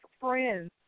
friends